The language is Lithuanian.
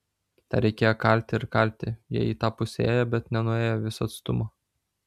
tą reikėjo kalti ir kalti jie į tą pusę ėjo bet nenuėjo viso atstumo